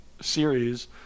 series